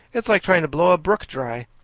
it's like trying to blow a brook dry.